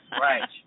Right